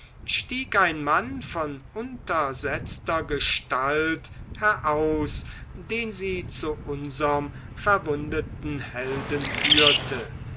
stieg ein mann von untersetzter gestalt heraus den sie zu unserm verwundeten helden führte